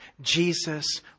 Jesus